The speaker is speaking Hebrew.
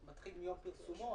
מתחיל מיום פרסמו,